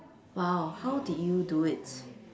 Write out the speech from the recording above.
!wow! how did you do it